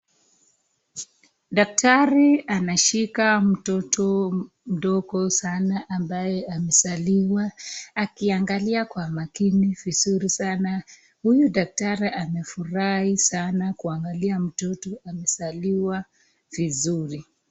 Daktari ameshika mtoto mdogo sana ambaye amezaliwa akiangalia Kwa makini vizuri sana. Huyu daktari amefurahi sana kuangalia mtoto amezaliwa vizuri.